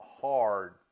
hard